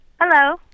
hello